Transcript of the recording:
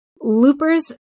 loopers